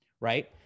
right